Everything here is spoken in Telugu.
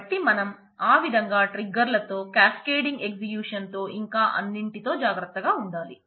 కాబట్టి మనం ఆ విధంగా ట్రిగ్గర్లతో క్యాస్కేడింగ్ ఎగ్జిక్యూషన్తో ఇంకా అన్నింటితో జాగ్రత్తగా ఉండాలి